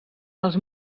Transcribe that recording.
els